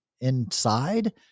inside